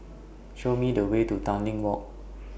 Show Me The Way to Tanglin Walk